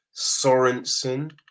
Sorensen